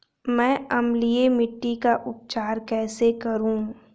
मैं अम्लीय मिट्टी का उपचार कैसे करूं?